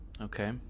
Okay